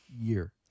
year